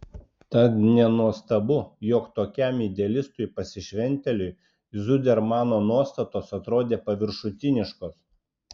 tad nenuostabu jog tokiam idealistui pasišventėliui zudermano nuostatos atrodė paviršutiniškos